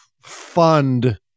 fund